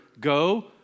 go